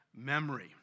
memory